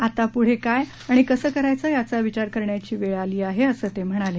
आता प्ढे काय आणि कसं करायचं याचा विचार करण्याची वेळ आली आहे असं ते म्हणाले